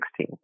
2016